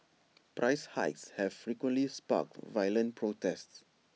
price hikes have frequently sparked violent protests